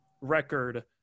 record